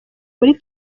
muri